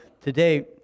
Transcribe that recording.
Today